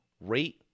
rate